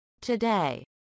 Today